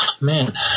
Man